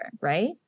Right